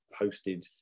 hosted